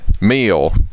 Meal